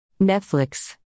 Netflix